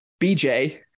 BJ